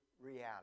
reality